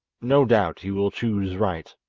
no doubt you will choose right